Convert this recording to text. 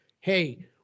hey